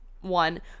one